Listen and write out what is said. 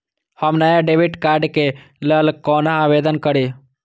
हम नया debit card के लल कौना आवेदन करि?